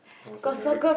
I was a very